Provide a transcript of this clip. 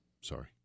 Sorry